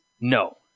No